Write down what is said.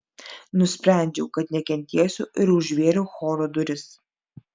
nusprendžiau kad nekentėsiu ir užvėriau choro duris